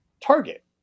target